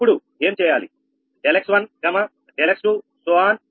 ఇప్పుడు ఏం చేయాలి ∆𝑥1 ∆𝑥2